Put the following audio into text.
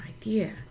idea